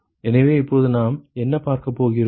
எனவே இப்போது நாம் என்ன பார்க்கப் போகிறோம்